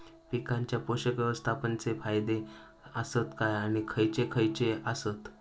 पीकांच्या पोषक व्यवस्थापन चे फायदे आसत काय आणि खैयचे खैयचे आसत?